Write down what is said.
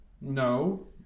No